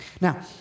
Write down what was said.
Now